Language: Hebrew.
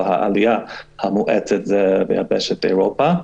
אבל העלייה המואצת היא באירופה.